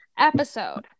episode